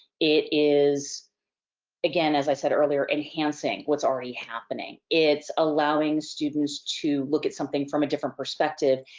it is again, as i said earlier, enhancing what's already happening. it's allowing students to look at something from a different perspective,